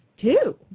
two